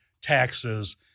taxes